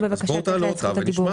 תעלו אותה ונשמע.